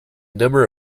number